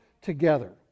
together